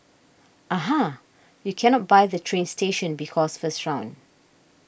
aha you cannot buy the train station because first round